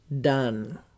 done